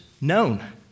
known